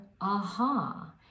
aha